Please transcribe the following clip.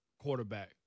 quarterback